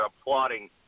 applauding